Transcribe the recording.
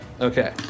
Okay